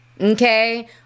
okay